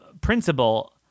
principle